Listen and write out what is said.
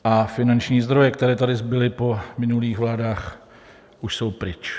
A finanční zdroje, které tady zbyly po minulých vládách, už jsou pryč.